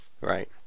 Right